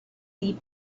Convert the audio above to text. deep